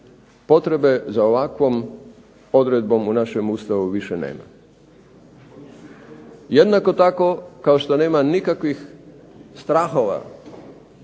potrebe za ovakvom odredbom u našem Ustavu više nema. Jednako tako kao što nema nikakvih strahova